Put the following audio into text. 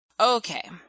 Okay